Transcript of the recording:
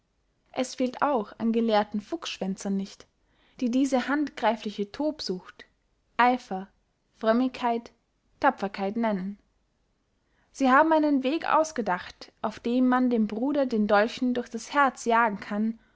es fehlt auch an gelehrten fuchsschwänzern nicht die diese handgreifliche tobsucht eifer frömmigkeit tapferkeit nennen sie haben einen weg ausgedacht auf dem man dem bruder den dolchen durch das herz jagen kann